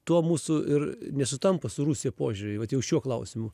tuo mūsų ir nesutampa su rusija požiūriai vat jau šiuo klausimu